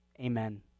Amen